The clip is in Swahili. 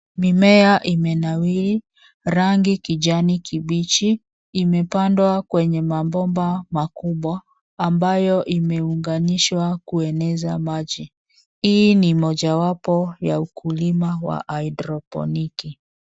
Mimea imenawiri rangi ya kijani kibichi imepandwa kwenye mabomba makubwa ambayo imeunganishwa kueneza maji. Hii ni moja wapo ya ukulima wa hydroponic .